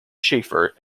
shafer